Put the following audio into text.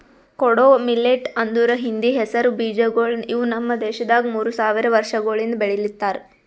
ಕೊಡೋ ಮಿಲ್ಲೆಟ್ ಅಂದುರ್ ಹಿಂದಿ ಹೆಸರು ಬೀಜಗೊಳ್ ಇವು ನಮ್ ದೇಶದಾಗ್ ಮೂರು ಸಾವಿರ ವರ್ಷಗೊಳಿಂದ್ ಬೆಳಿಲಿತ್ತಾರ್